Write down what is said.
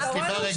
סליחה,